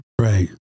Right